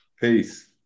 Peace